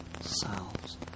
selves